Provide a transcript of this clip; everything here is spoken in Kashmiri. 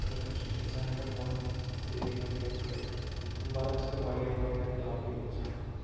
تہٕ اَمہِ سۭتۍ چھُ اِنسان ہٮ۪کان پَنُن فِزیٖک مینٹین تھٲیِتھ اَمہِ برعکٔس تہِ واریاہ واریاہ فِلحال گوٚو یوٗت سٮ۪ٹھاہ